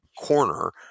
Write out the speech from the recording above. corner